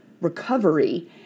recovery